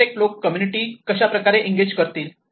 architect लोक community कशाप्रकारे engage करतील